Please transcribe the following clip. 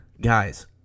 Guys